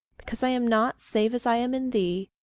because i am not save as i am in thee,